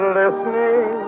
listening